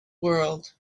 world